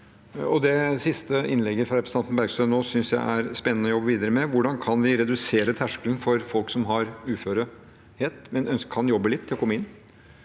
det siste i innlegget fra represen tanten Bergstø nå synes jeg er spennende å jobbe videre med. Hvordan kan vi senke terskelen for folk som er uføre, men som kan jobbe litt, så de kommer inn?